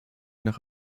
nach